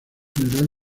general